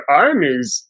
armies